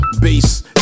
bass